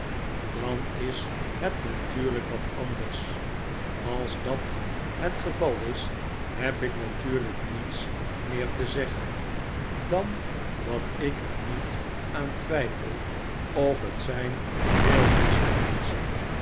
dan is het natuurlijk wat anders als dat het geval is heb ik natuurlijk niets meer te zeggen dan dat ik er niet aan twijfel of het zijn heel beste menschen